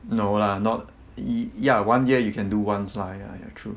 no lah not e~ yeah one year you can do once lah ya ya true